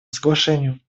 соглашению